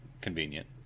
convenient